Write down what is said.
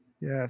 Yes